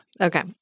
Okay